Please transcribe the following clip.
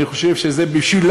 אני חושב שבשבילם,